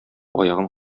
аягын